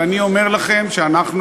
ואני אומר לכם שאנחנו,